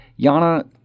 Yana